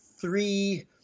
three